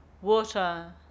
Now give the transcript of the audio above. Water